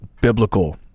biblical